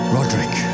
Roderick